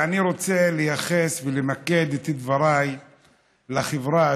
אני רוצה לייחס ולמקד את דבריי בחברה,